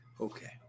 okay